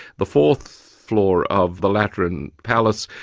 the fourth floor of the lateran palace,